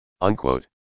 Unquote